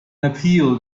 appeal